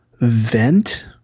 vent